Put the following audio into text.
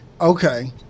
Okay